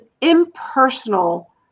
impersonal